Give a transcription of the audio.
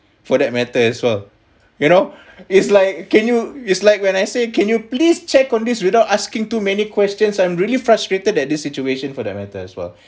for that matters as well you know it's like can you it's like when I say can you please check on this without asking too many questions I'm really frustrated at this situation for that matter as well